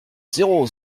zéro